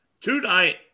tonight